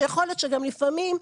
שיכול להיות שגם לפעמים,